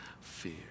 fear